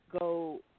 go